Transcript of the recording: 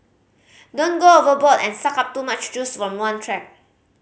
don't go overboard and suck up too much juice from one track